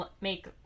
make